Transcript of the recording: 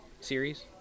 series